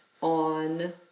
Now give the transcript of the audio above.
on